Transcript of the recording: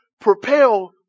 Propel